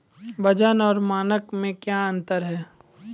वजन और मानक मे क्या अंतर हैं?